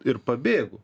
ir pabėgo